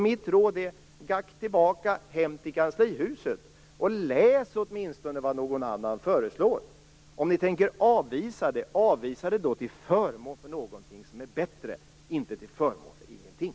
Mitt råd är: Gå tillbaka hem till kanslihuset och läs åtminstone vad någon annan föreslår! Om ni tänker avvisa det, gör det då till förmån för någonting som är bättre, inte till förmån för ingenting.